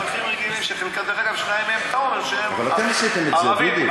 אזרחים רגילים, אבל אתם עשיתם את זה, דודי.